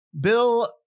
Bill